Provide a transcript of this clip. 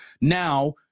now